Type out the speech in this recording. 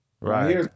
Right